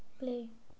play